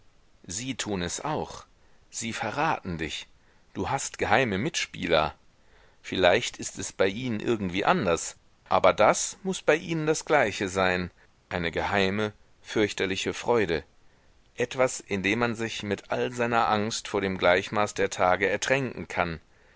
sie tuen es auch sie verraten dich du hast geheime mitspieler vielleicht ist es bei ihnen irgendwie anders aber das muß bei ihnen das gleiche sein eine geheime fürchterliche freude etwas in dem man sich mit all seiner angst vor dem gleichmaß der tage ertränken kann